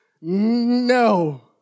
No